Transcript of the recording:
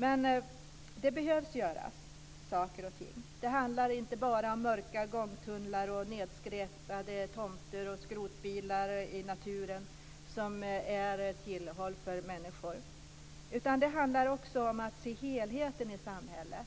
Men saker och ting behöver göras. Det handlar inte bara om mörka gångtunnlar, nedskräpade tomter och skrotbilar i naturen som är tillhåll för människor. Det handlar också om att se helheten i samhället.